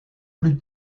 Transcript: plus